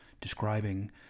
describing